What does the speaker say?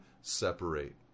separate